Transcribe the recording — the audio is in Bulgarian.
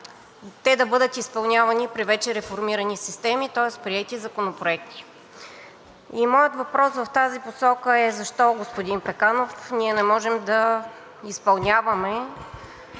те да бъдат изпълнявани при вече реформирани системи, тоест приети законопроекти. Моят въпрос в тази посока е: защо, господин Пеканов, ние не можем да изпълняваме